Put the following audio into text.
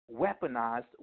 weaponized